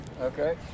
Okay